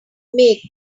make